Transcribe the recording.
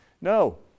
No